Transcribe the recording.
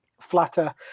flatter